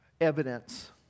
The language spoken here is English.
evidence